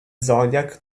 zodiac